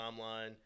timeline